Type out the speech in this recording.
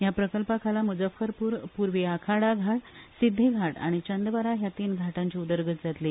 ह्या प्रकल्पासकयल मुजफ्फरपुर पूर्वीआखाडा घाट सिध्दीघाट आनी चंदवारा ह्या तीन घाटांची उदरगत जातली